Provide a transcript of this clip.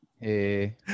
Hey